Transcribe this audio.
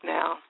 now